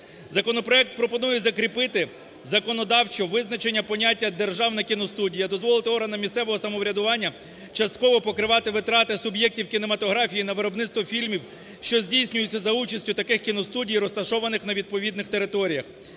Законопроект пропонує закріпити законодавчо визначення поняття "державна кіностудія", дозволити органам місцевого самоврядування частково покривати витрати суб'єктів кінематографії на виробництво фільмів, що здійснюються за участю таких кіностудій, розташованих на відповідних територіях.